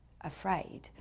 afraid